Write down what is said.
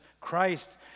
Christ